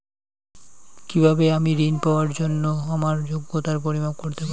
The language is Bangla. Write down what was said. কিভাবে আমি ঋন পাওয়ার জন্য আমার যোগ্যতার পরিমাপ করতে পারব?